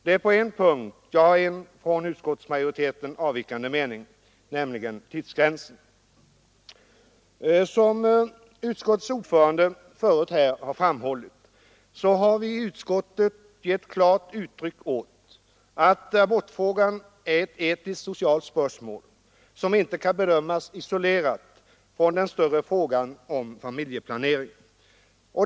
Det är på en punkt jag har en mot utskottsmajoriteten avvikande mening — nämligen beträffande tidsgränsen. Som utskottets ordförande framhållit har vi i utskottet gett klart uttryck åt att abortfrågan är ett etiskt-socialt spörsmål som inte kan bedömas isolerat från den större frågan om familjeplanering.